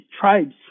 tribes